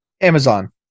Amazon